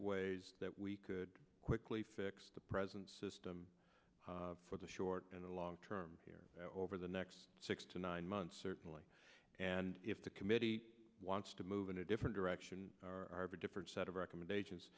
ways that we could quickly fix the present system for the short and the long term here over the next six to nine months certainly and if the committee wants to move in a different direction are a different set of recommendations